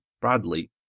Bradley